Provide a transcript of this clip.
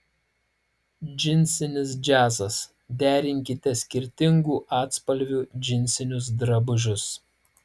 džinsinis džiazas derinkite skirtingų atspalvių džinsinius drabužius